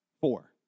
Four